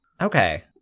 Okay